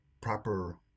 proper